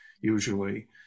usually